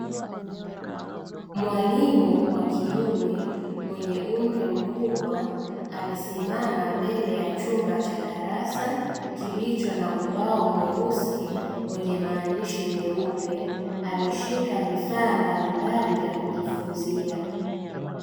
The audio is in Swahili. Mwalimu wa kiume mwenye umri mkubwa amesimama mbele ya chumba cha darasa kilicho na ubao mweusi wenye maandishi meupe, ameshika vifaa mbalimbali vya kujifunzia.